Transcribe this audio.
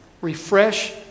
refresh